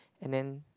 and then